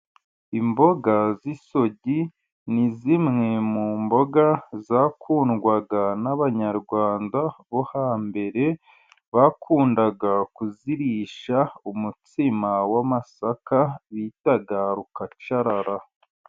Imboga z'isogi, ni zimwe mu mboga zakundwaga n'abanyarwanda bo hambere, bakundaga kuzirisha umutsima w'amasaka bita rukacarara.